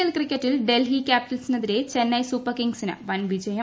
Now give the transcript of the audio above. L ക്രിക്കറ്റിൽ ഡൽഹി ക്യാപ്പിറ്റൽസിനെതിരെ ചെന്നൈ സൂപ്പർകിംഗ്സിന് വൻവിജയം